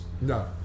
no